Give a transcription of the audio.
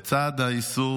לצד האיסור,